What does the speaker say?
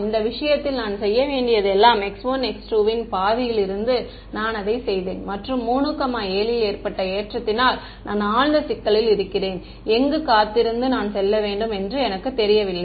ஆமாம் இந்த விஷயத்தில் நான் செய்ய வேண்டியது எல்லாம் x1 x2 ன் பாதியில் இருந்து நான் அதை செய்தேன் மற்றும் 3 7 லில் ஏற்பட்ட ஏற்றத்தினால் நான் ஆழ்ந்த சிக்கலில் இருக்கிறேன் எங்கு காத்திருந்து நான் செல்ல வேண்டும் என்று எனக்குத் தெரியவில்லை